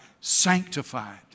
sanctified